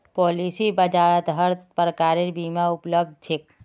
policy बाजारत हर प्रकारेर बीमा उपलब्ध छेक